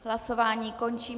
Hlasování končím.